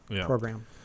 program